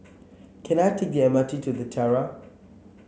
can I take the M R T to The Tiara